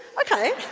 Okay